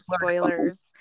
spoilers